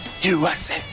USA